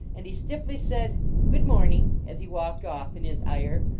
and he stiffly said good morning, as he walked off in his ire,